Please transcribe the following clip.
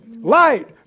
Light